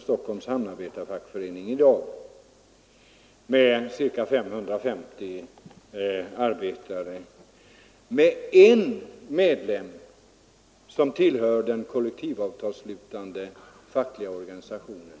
Stockholms hamnarbetarefackförening, med i dag ca 550 medlemmar, har en medlem som tillhör den kollektivavtalsslutande fackliga organisationen.